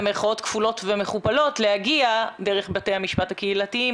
במרכאות כפולות ומכופלות להגיע דרך בתי המשפט הקהילתיים.